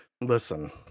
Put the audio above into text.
listen